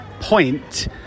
point